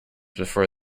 before